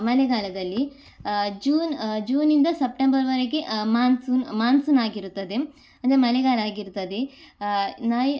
ಮಳೆಗಾಲದಲ್ಲಿ ಜೂನ್ ಜೂನಿಂದ ಸಪ್ಟೆಂಬರ್ವರೆಗೆ ಮಾನ್ಸೂನ್ ಮಾನ್ಸೂನ್ ಆಗಿರುತ್ತದೆ ಅಂದರೆ ಮಳೆಗಾಲ ಆಗಿರುತ್ತದೆ ನಯ್